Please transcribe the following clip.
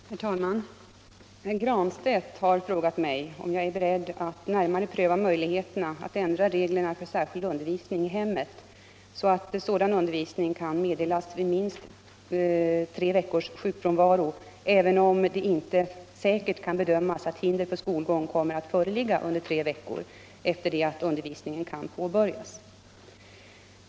Herr talman! Herr Granstedt har frågat mig om jag är beredd att närmare pröva möjligheterna att ändra reglerna för särskild undervisning i hemmet så, att sådan undervisning kan meddelas vid minst tre veckors sjukfrånvaro även om det inte säkert kan bedömas att hinder för skolgång kommer att föreligga under tre veckor efter det undervisningen kan påbörjas.